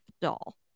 doll